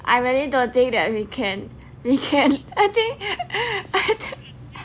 I really don't think that we can we can I think